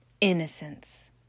Innocence